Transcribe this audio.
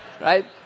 right